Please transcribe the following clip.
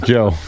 Joe